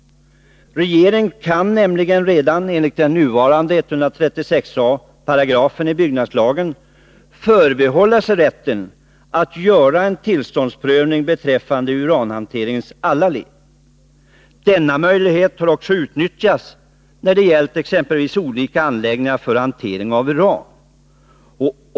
Regeringen kan nämligen redan enligt den nuvarande 136 a § byggnadslagen förbehålla sig rätten att göra en tillståndsprövning beträffande uranhanteringens alla led. Denna möjlighet har också utnyttjats när det gällt exempelvis olika anläggningar för hanteringar av uran.